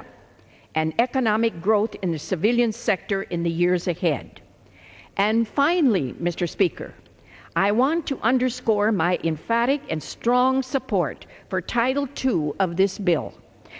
up and economic growth in the civilian sector in the years ahead and finally mr speaker i want to underscore my in phatic and strong support for title two of this bill